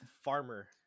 farmer